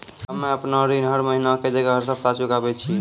हम्मे आपन ऋण हर महीना के जगह हर सप्ताह चुकाबै छिये